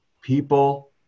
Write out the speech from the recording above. People